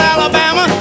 Alabama